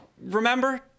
Remember